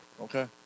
Okay